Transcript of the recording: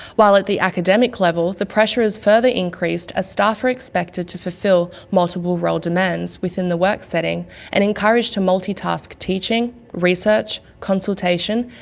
while at the academic level, the pressure is further increased as staff are expected to fulfil multiple role demands within the work setting and encouraged to multitask teaching, research, consultation,